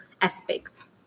aspects